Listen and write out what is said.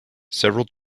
several